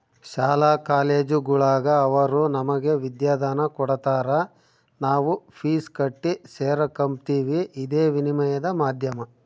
ಶಾಲಾ ಕಾಲೇಜುಗುಳಾಗ ಅವರು ನಮಗೆ ವಿದ್ಯಾದಾನ ಕೊಡತಾರ ನಾವು ಫೀಸ್ ಕಟ್ಟಿ ಸೇರಕಂಬ್ತೀವಿ ಇದೇ ವಿನಿಮಯದ ಮಾಧ್ಯಮ